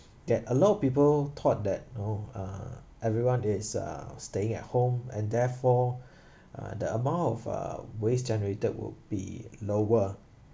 that a lot of people thought that you know uh everyone is uh staying at home and therefore uh the amount of uh waste generated will be lower